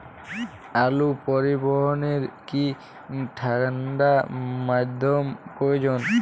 আলু পরিবহনে কি ঠাণ্ডা মাধ্যম প্রয়োজন?